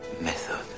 method